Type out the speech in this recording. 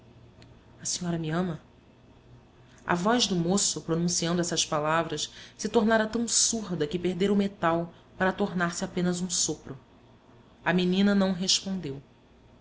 a senhora me ama a voz do moço pronunciando essas palavras se tornara tão surda que perdera o metal para tornar-se apenas um sopro a menina não respondeu